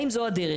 האם זו הדרך?